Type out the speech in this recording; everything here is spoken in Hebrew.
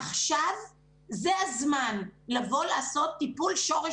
עכשיו זה הזמן לבוא לעשות טיפול שורש